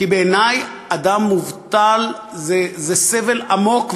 כי בעיני אדם מובטל זה סבל עמוק,